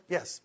Yes